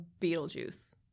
Beetlejuice